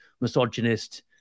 misogynist